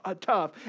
tough